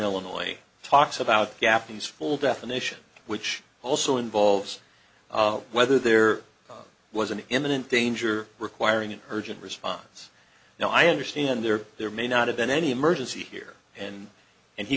illinois talks about japanese full definition which also involves whether there was an imminent danger requiring an urgent response now i understand there there may not have been any emergency here and and he